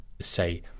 say